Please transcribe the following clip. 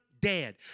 dead